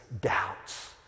doubts